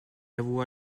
avoua